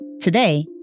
Today